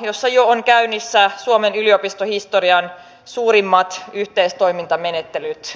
jossa jo on käynnissä suomen yliopistohistorian suurimmat yhteistoimintamenettelyt